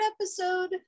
episode